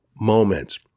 moments